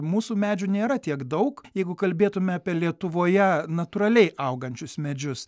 mūsų medžių nėra tiek daug jeigu kalbėtume apie lietuvoje natūraliai augančius medžius